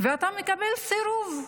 ואתה מקבל סירוב.